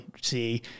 see